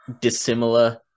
dissimilar